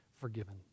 forgiven